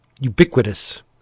ubiquitous